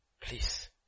please